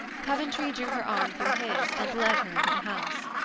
coventry drew her arm through his and led her into the house.